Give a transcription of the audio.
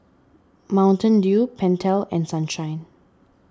Mountain Dew Pentel and Sunshine